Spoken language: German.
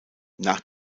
nach